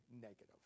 negative